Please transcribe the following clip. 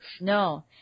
no